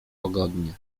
łagodnie